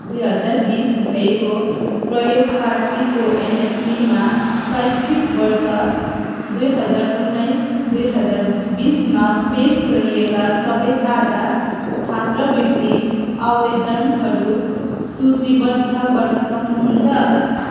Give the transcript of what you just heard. दुई हजार बिस भएको प्रयोगकर्तीको एनएसपीमा शैक्षिक वर्ष दुई हजार उन्नाइस दुई हजार बिसमा पेस गरिएका सबै ताजा छात्रवृत्ति आवेदनहरू सूचीबद्ध गर्न सक्नुहुन्छ